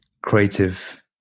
creative